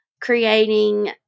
creating